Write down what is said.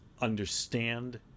understand